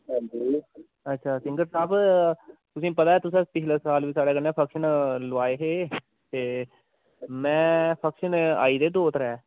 अच्छा सिंगर साह्ब तुसेंगी पता तुसें पिछले साल बी साढ़े कन्नै फन्क्शन लोआए हे ते मै फन्क्शन आई गेदे दो त्रै